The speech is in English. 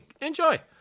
enjoy